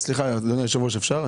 אדוני היושב ראש, אפשר?